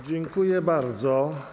Dziękuję bardzo.